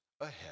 ahead